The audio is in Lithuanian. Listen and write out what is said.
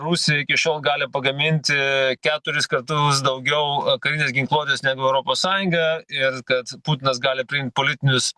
rusija iki šiol gali pagaminti keturis kartus daugiau karinės ginkluotės negu europos sąjunga ir kad putinas gali priimt politinius